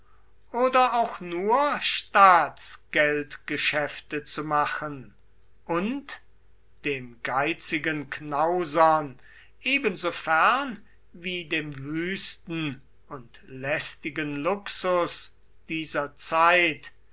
oder auch nur staatsgeldgeschäfte zu machen und dem geizigen knausern ebenso fern wie dem wüsten und lästigen luxus dieser zeit